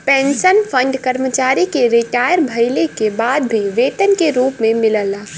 pension fund कर्मचारी के retire भइले के बाद भी वेतन के रूप में मिलला